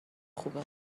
خوبه